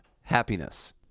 happiness